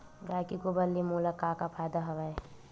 गाय के गोबर ले मोला का का फ़ायदा हवय?